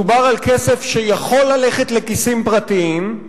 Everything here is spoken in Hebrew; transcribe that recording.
מדובר על כסף שיכול ללכת לכיסים פרטיים,